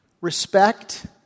respect